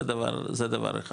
זה דבר אחד,